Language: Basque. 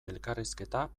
elkarrizketa